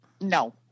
No